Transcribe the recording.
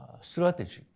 strategy